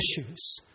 issues